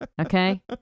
Okay